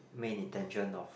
main intention of